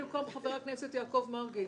לא.